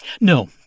No